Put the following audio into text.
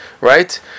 right